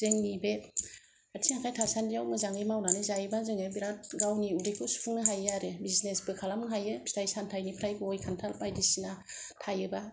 जोंनि बे आथिं आखाइ थासान्दिआव मोजाङै मावनानै जायोबा जों बिराद गावनि उदैखौ सुफुंनो हायो आरो बिजनेसबो खालामनो हायो फिथाइ सामथाइनिफ्राय गय खानथाल बायदिसिना थायोबा